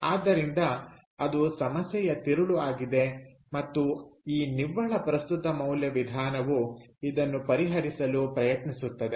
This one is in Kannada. ಆದ್ದರಿಂದ ಅದು ಸಮಸ್ಯೆಯ ತಿರುಳು ಆಗಿದೆ ಮತ್ತು ಈ ನಿವ್ವಳ ಪ್ರಸ್ತುತ ಮೌಲ್ಯ ವಿಧಾನವು ಇದನ್ನು ಪರಿಹರಿಸಲು ಪ್ರಯತ್ನಿಸುತ್ತದೆ